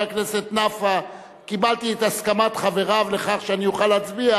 הכנסת נפאע קיבלתי את הסכמת חבריו לכך שאני אוכל להצביע,